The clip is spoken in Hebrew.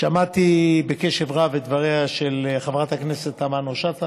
שמעתי בקשב רב את דבריה של חברת הכנסת תמנו-שטה